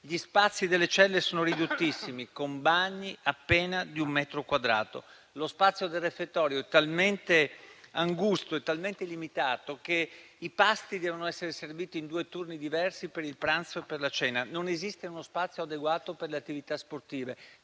Gli spazi delle celle sono ridottissimi, con bagni di appena un metro quadrato. Lo spazio del refettorio è talmente angusto e limitato che i pasti devono essere serviti in due turni diversi per il pranzo e per la cena. Non esiste uno spazio adeguato alle attività sportive.